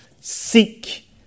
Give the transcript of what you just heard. Seek